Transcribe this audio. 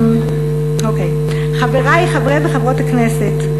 חברי חברי וחברות הכנסת,